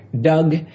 Doug